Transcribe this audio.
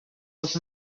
was